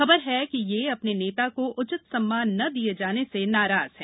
खबर है कि ये अपने नेता को उचित सम्मान न दिए जाने से नाराज हैं